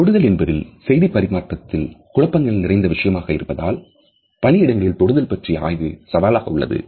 தொடுதல் என்பது செய்திப் பரிமாற்றத்தில் குழப்பங்கள் நிறைந்த விஷயமாக இருப்பதால் பணியிடங்களில் தொடுதல் பற்றிய ஆய்வு சவாலாக உள்ளது